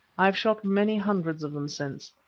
i have shot many hundreds of them since,